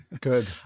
Good